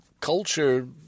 culture